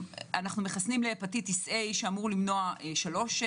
אנחנו מחסנים לפטיטיס A שאמור למנוע שלושה